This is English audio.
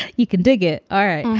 you can dig it. all right.